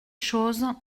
choses